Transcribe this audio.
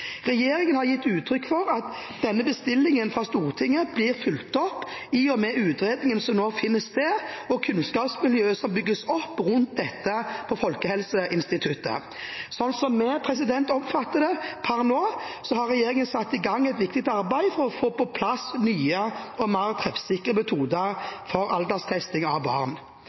Regjeringen har gitt uttrykk for at denne bestillingen fra Stortinget blir fulgt opp i og med utredningen som nå finner sted, og kunnskapsmiljøet som bygges opp rundt dette på Folkehelseinstituttet. Slik vi oppfatter det per nå, har regjeringen satt i gang et viktig arbeid for å få på plass nye og mer treffsikre metoder for alderstesting av barn.